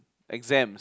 exams